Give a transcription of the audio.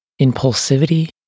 impulsivity